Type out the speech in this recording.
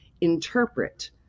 interpret